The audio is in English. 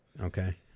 Okay